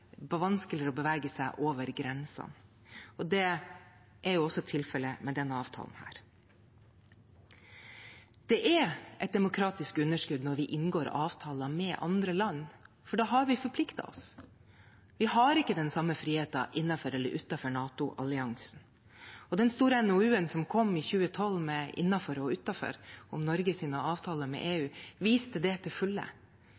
over grensene. Det er også tilfellet med denne avtalen. Det er et demokratisk underskudd når vi inngår avtaler med andre land, for da har vi forpliktet oss. Vi har ikke den samme friheten innenfor eller utenfor NATO-alliansen. Den store NOU-en som kom i 2012, «Utenfor og innenfor», om Norges avtaler med